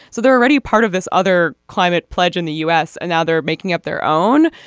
so they're already part of this other climate pledge in the u s. and now they're making up their own.